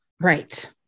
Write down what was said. Right